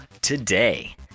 today